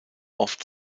oft